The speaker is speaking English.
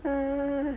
err